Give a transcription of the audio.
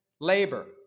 labor